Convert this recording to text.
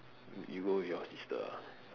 you you go with your sister ah